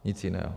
Nic jiného.